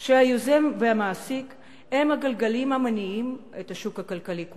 שהיזם והמעסיק הם הגלגלים המניעים את השוק הכלכלי כולו,